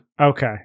Okay